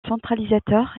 centralisateur